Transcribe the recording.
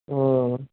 ਹਾਂ